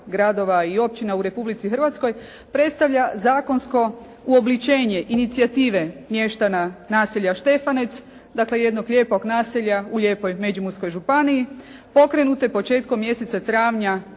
Hrvatskoj predstavlja zakonsko uobličenje inicijative mještana naselja Štefanec, dakle jednog lijepog naselja u lijepoj Međimurskoj županiji, pokrenute početkom mjeseca travnja